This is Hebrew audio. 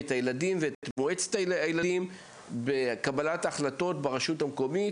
את הילדים ואת מועצת הילדים בקבלת החלטות ברשות המקומית.